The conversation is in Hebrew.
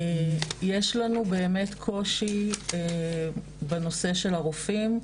יש לנו באמת קושי בנושא של הרופאים,